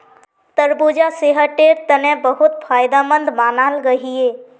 तरबूजा सेहटेर तने बहुत फायदमंद मानाल गहिये